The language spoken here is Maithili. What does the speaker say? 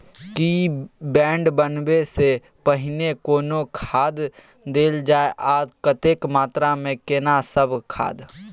की बेड बनबै सॅ पहिने कोनो खाद देल जाय आ कतेक मात्रा मे केना सब खाद?